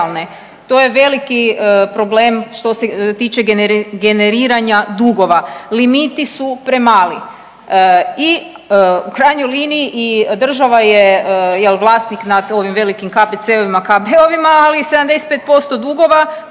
To je veliki problem što se tiče generiranja dugova. Limiti su premali. I u krajnjoj liniji i država je jel vlasnik nad ovim velikim KBC-ovima, KB-ovima ali i 75% dugova